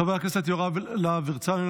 חבר הכנסת יוראי להב הרצנו,